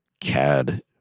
CAD